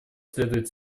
следует